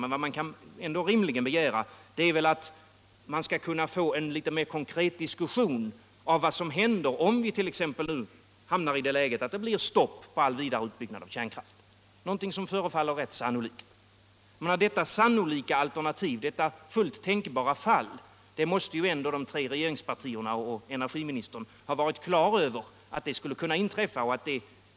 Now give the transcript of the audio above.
Men vad man rimligen kan begära är att få en mer konkret diskussion av vad som händer om det blir stopp för all vidare utbyggnad av kärnkraft, någonting som förefaller rätt sannolikt. Att detta fullt tänkbara fall skulle kunna inträffa måste de tre regeringspartierna ändå ha varit på det klara med.